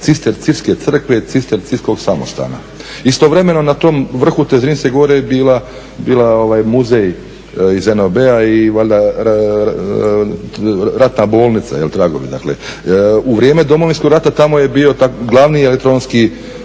cistercitske crkve, cistercitskog samostana. Istovremeno na tom vrhu te Zrinske gore je bio muzej iz NOB-a i valjda ratna bolnica, tragovi dakle. U vrijeme Domovinskog rata tamo je bio glavni elektronski